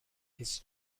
his